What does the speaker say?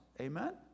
Amen